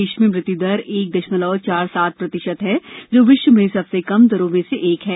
देश में मृत्यु दर एक दशमलव चार सात प्रतिशत है जो विश्व में सबसे कम दरों में से एक है